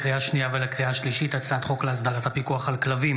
לקריאה שנייה ולקריאה שלישית: הצעת חוק להסדרת הפיקוח על כלבים